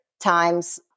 times